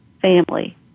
family